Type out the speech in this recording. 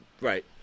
Right